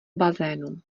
bazénů